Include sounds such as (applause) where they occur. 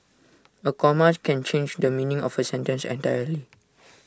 A comma can change the meaning of A sentence entirely (noise)